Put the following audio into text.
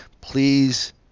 please